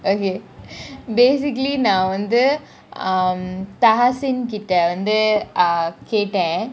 okay basically நான் வந்து :naan vanthu um taha singh கிட்ட வந்து கேட்டான் :kita vanthu keatan